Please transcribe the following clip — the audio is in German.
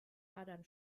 adern